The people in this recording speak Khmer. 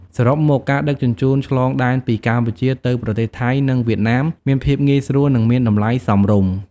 សរុបមក ការដឹកជញ្ជូនឆ្លងដែនពីកម្ពុជាទៅប្រទេសថៃនិងវៀតណាមមានភាពងាយស្រួលនិងមានតម្លៃសមរម្យ។